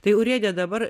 tai urėde dabar